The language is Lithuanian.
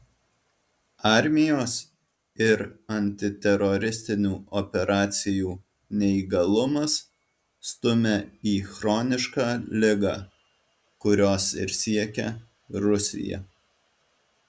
armijos ir antiteroristinių operacijų neįgalumas stumia į chronišką ligą kurios ir siekia rusija